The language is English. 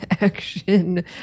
action